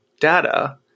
data